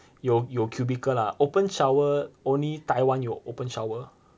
有有: you you cubicle lah open shower only taiwan 有: you open shower